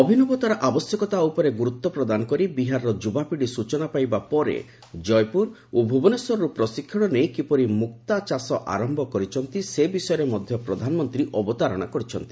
ଅଭିନବତାର ଆବଶ୍ୟକତା ଉପରେ ଗୁରୁତ୍ୱ ପ୍ରଦାନ କରି ବିହାରର ଯୁବାପିଢ଼ି ସୂଚନା ପାଇବା ପରେ ଜୟପୁର ଓ ଭୁବନେଶ୍ୱରରୁ ପ୍ରଶିକ୍ଷଣ ନେଇ କିପରି ମୁକ୍ତା ଚାଷ ଆରମ୍ଭ କରିଛନ୍ତି ସେ ବିଷୟର ମଧ୍ୟ ପ୍ରଧାନମନ୍ତ୍ରୀ ଅବତାରଣା କରିଛନ୍ତି